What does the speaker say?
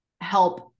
help